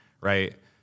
right